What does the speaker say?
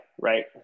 Right